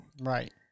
Right